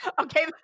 Okay